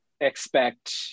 expect